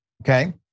Okay